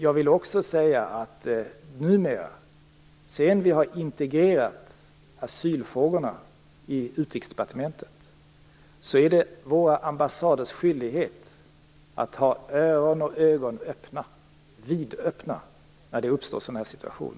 Jag vill också säga att det numera, sedan vi har integrerat asylfrågorna i Utrikesdepartementet, är våra ambassaders skyldighet att ha öron och ögon öppna - vidöppna - när det uppstår en sådan här situation.